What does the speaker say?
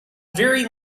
very